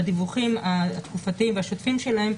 בדיווחים התקופתיים והשוטפים שלהן,